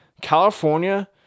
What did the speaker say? California